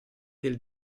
del